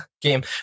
game